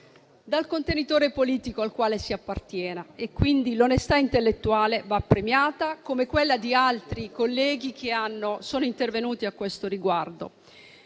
dal contenitore politico al quale si appartiene, e quindi l'onestà intellettuale va premiata, come quella di altri colleghi che sono intervenuti a questo riguardo.